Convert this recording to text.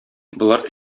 болар